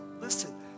Listen